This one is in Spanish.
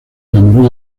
enamoró